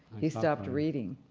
he stopped reading,